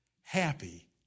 happy